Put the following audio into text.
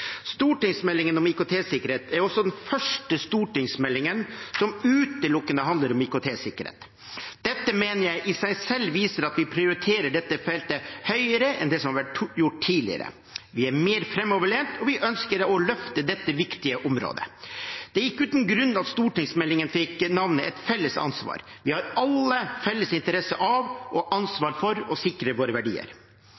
Stortingsmeldingen om IKT-sikkerhet er også den første stortingsmeldingen som utelukkende handler om IKT-sikkerhet. Dette i seg selv mener jeg viser at vi prioriterer dette feltet høyere enn det som har vært tidligere. Vi er mer framoverlent, og vi ønsker å løfte dette viktige området. Det er ikke uten grunn at stortingsmeldingen fikk navnet «IKT-sikkerhet – Et felles ansvar». Vi har alle en felles interesse av og